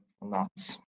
nuts